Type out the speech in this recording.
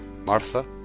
Martha